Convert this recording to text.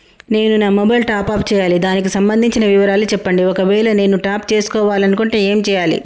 నేను నా mobile top up చేయాలి దానికి సంబంధించిన వివరాలు చెప్పండి ఒకవేళ నేను టాప్ చేసుకోవాలనుకుంటే ఏం చేయాలి?